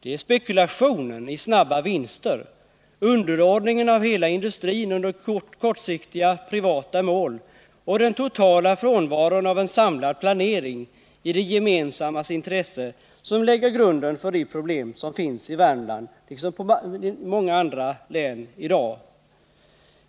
Det är spekulationen i snabba vinster, underordningen av hela industrin under kortsiktiga privata mål och den totala frånvaron av en samlad planering i det gemensammas intresse som lägger grunden för de problem som finns i Värmland liksom i många andra län i dag.